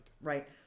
right